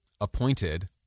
appointed